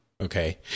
Okay